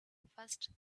first